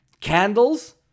candles